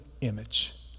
image